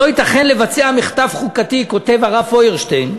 "לא ייתכן לבצע מחטף חוקתי", כותב הרב פיירשטיין,